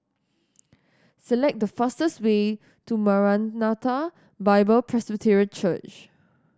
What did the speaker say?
select the fastest way to Maranatha Bible Presby Church